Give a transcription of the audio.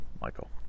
Michael